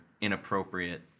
inappropriate